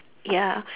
ya